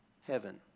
heaven